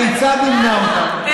הכיצד נמנע אותן?